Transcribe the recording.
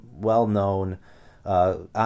well-known